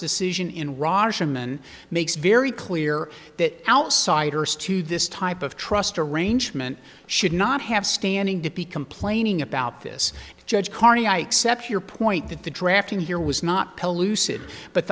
inman makes very clear that outsiders to this type of trust arrangement should not have standing to be complaining about this judge carney i accept your point that the drafting here was not pellucid but